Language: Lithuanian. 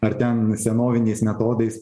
ar ten senoviniais metodais